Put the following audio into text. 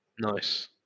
Nice